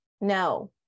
No